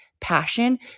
passion